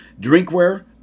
drinkware